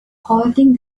holding